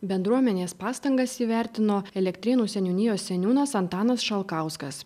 bendruomenės pastangas įvertino elektrėnų seniūnijos seniūnas antanas šalkauskas